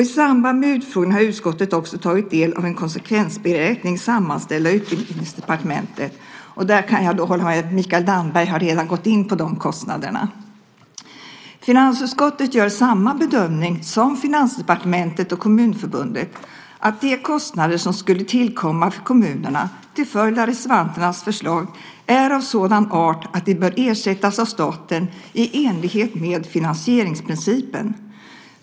I samband med utfrågningen har utskottet också tagit del av en konsekvensberäkning sammanställd av Utbildningsdepartementet. Mikael Damberg har redan gått in på de kostnaderna. Finansutskottet gör samma bedömning som Finansdepartementet och Kommunförbundet att de kostnader som skulle tillkomma för kommunerna till följd av reservanternas förslag är av sådan art att de bör ersättas av staten i enlighet med finansieringsprincipen.